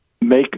make